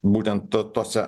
būtent tose